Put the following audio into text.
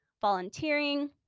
volunteering